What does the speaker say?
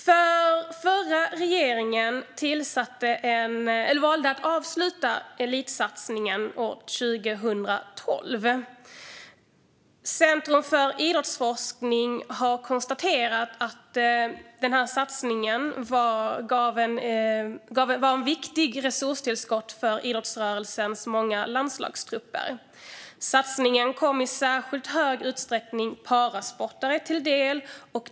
Förra regeringen valde att avsluta elitsatsningen år 2012. Centrum för idrottsforskning har konstaterat att den satsningen var ett viktigt resurstillskott för idrottsrörelsens många landslagstrupper. Satsningen kom i särskilt hög utsträckning parasportare till del.